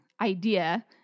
idea